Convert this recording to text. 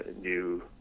new